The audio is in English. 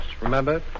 Remember